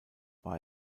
war